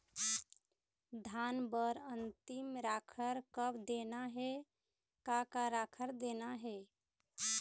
धान बर अन्तिम राखर कब देना हे, का का राखर देना हे?